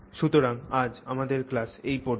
সুতরাং আজ আমাদের ক্লাস এই পর্যন্ত